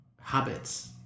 habits